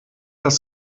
das